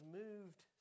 moved